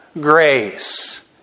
grace